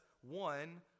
one